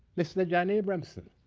mr. john abramson.